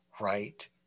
right